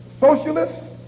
socialists